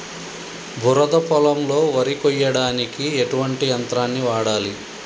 బురద పొలంలో వరి కొయ్యడానికి ఎటువంటి యంత్రాన్ని వాడాలి?